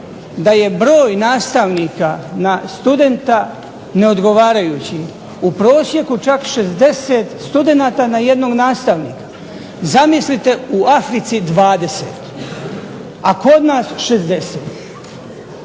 da je broj nastavnika studenta neodgovarajući. U prosjeku čak 60 studenata na jednog nastavnika. Zamislite u Africi 20, a kod nas 60.